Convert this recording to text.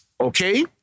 Okay